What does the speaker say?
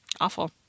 awful